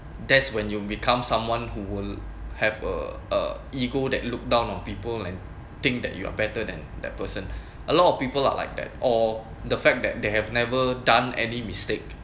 that's when you become someone who will have a uh ego that look down on people and think that you are better than that person a lot of people are like that or the fact that they have never done any mistake